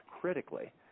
critically